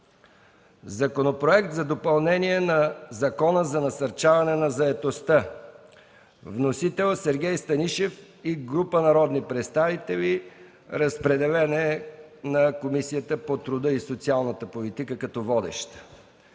Законопроект за допълнение на Закона за насърчаване на заетостта. Вносители са Сергей Станишев и група народни представители. Водеща е Комисията по труда и социалната политика.